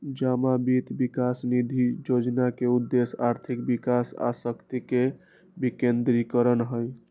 जमा वित्त विकास निधि जोजना के उद्देश्य आर्थिक विकास आ शक्ति के विकेंद्रीकरण हइ